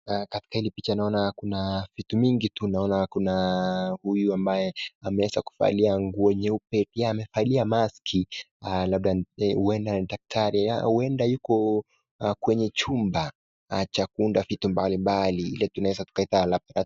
Katika hili picha naona Kuna vitu mingi tu naona kuna huyu ambaye ameweza kuvalia nguo nyeupe pia amevalia maski labda ni ,huenda ni daktari, huenda yuko kwenye chumba cha kuunda vitu mbali mbali